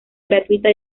gratuita